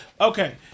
Okay